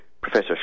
Professor